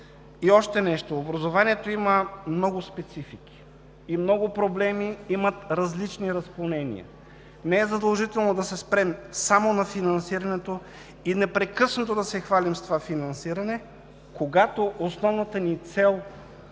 Още нещо – образованието има много специфики и много проблеми имат различни разклонения. Не е задължително да се спрем само на финансирането и непрекъснато да се хвалим с това финансиране, когато основната ни цел е